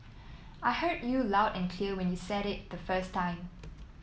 I heard you loud and clear when you said it the first time